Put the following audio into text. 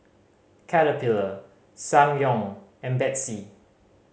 Caterpillar Ssangyong and Betsy